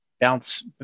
bounce